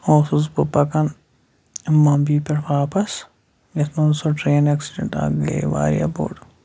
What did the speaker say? اوسُس بہٕ پَکان ممبیہِ پٮ۪ٹھ واپَس یَتھ منٛز سُہ ٹرین اٮ۪کسِڈینٹ اکھ گیے واریاہ بوٚڑ